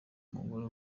umusore